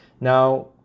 Now